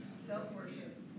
Self-worship